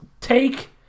take